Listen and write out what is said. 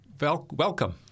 Welcome